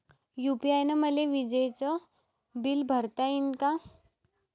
UPI न मले विजेचं बिल भरता यीन का?